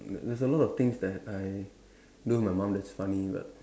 there there's a lot of things that I do with my mum that's funny but